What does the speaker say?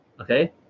okay